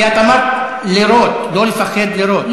כי את אמרת: לירות, לא לפחד לירות.